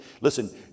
Listen